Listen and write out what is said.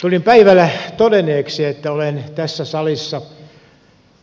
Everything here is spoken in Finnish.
tulin päivällä todenneeksi että olen tässä salissa